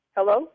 Hello